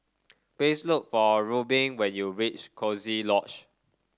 please look for Reubin when you reach Coziee Lodge